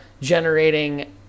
generating